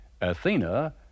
Athena